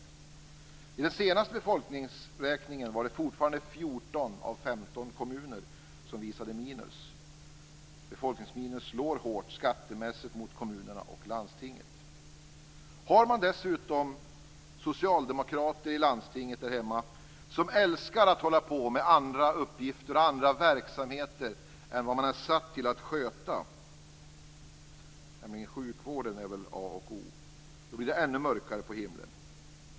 Vid den senaste befolkningsräkningen var det fortfarande 14 av 15 kommuner som visade minus. Befolkningsminus slår hårt skattemässigt mot kommunerna och landstinget. Har man dessutom, som vi där hemma, socialdemokrater i landstinget som älskar att hålla på med andra uppgifter och verksamheter än de man är satt att sköta - sjukvården är väl a och o - då blir det ännu mörkare på himlen.